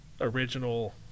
original